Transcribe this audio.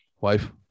wife